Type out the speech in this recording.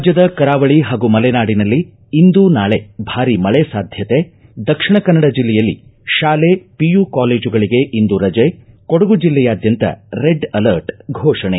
ರಾಜ್ಯದ ಕರಾವಳಿ ಹಾಗೂ ಮಲೆನಾಡಿನಲ್ಲಿ ಇಂದು ನಾಳಿ ಭಾರೀ ಮಳೆ ಸಾಧ್ಯತೆ ದಕ್ಷಿಣ ಕನ್ನಡ ಜಿಲ್ಲೆಯಲ್ಲಿ ತಾಲೆ ಪಿಯು ಕಾಲೇಜುಗಳಿಗೆ ಇಂದು ರಜೆ ಕೊಡಗು ಜಿಲ್ಲೆಯಾದ್ಯಂತ ರೆಡ್ ಅಲರ್ಟ್ ಫೋಪಣೆ